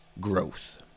growth